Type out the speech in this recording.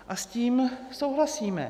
A s tím souhlasíme.